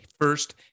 first